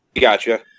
Gotcha